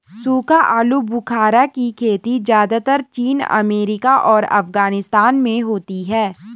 सूखा आलूबुखारा की खेती ज़्यादातर चीन अमेरिका और अफगानिस्तान में होती है